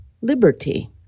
liberty